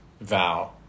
vow